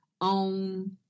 on